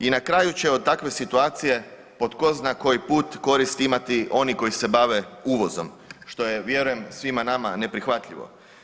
I na kraju će od takve situacije po tko zna koji put koristi imati oni koji se bave uvozom, što je vjerujem svima nama neprihvatljivo.